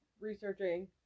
researching